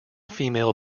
female